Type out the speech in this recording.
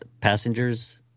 Passengers